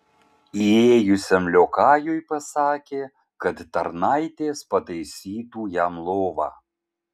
įėjusiam liokajui pasakė kad tarnaitės pataisytų jam lovą